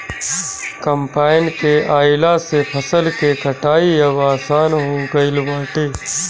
combine के आइला से फसल के कटाई अब आसान हो गईल बाटे